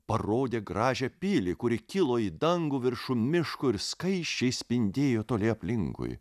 parodė gražią pilį kuri kilo į dangų viršum miško ir skaisčiai spindėjo toli aplinkui